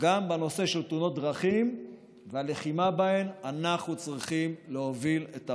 גם בנושא של תאונות דרכים והלחימה בהן אנחנו צריכים להוביל את העולם.